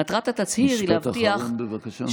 מטרת התצהיר היא להבטיח, משפט אחרון, בבקשה.